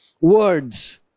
Words